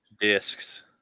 Discs